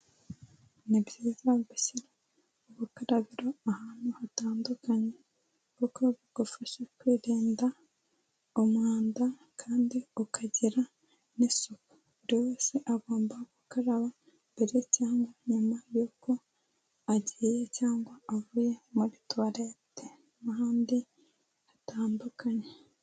Ni byiza gushyira ubukarabiro ahantu hatandukanye, kuko bigufasha kwirinda umwanda kandi ukagira n'isuku. Buri wese agomba gukaraba mbere cyangwa nyuma yuko agiye cyangwa avuye muri tuwarete n'ahandi hatandukanye.